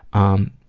um,